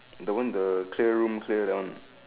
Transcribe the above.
the one the clear room clear that one